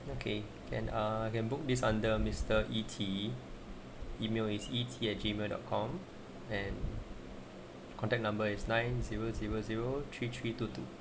okay and uh can book this under mister E_T email is E_T add Gmail dot com and contact number is nine zero zero zero three three two two